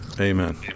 Amen